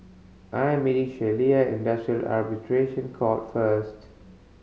I am meeting Sheilah Industrial Arbitration Court first